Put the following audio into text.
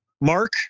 Mark